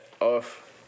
off